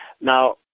now